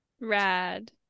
Rad